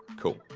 cool.